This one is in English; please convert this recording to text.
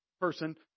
person